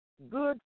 Good